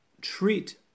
treat